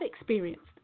experienced